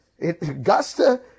Augusta